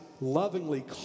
lovingly